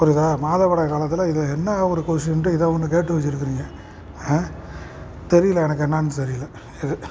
புரியுதா மாதவிடாய் காலத்தில் இது என்ன ஒரு கொஸின்ட்டு இதை ஒன்று கேட்டு வச்சுருக்கிறிங்க தெரியல எனக்கு என்னான்னு தெரியல இது